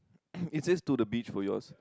is it to the beach for yous